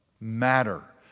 matter